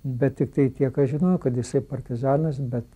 bet tiktai tiek aš žinojau kad jisai partizanas bet